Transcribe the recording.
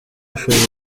ushobora